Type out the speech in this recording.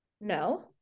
no